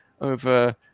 over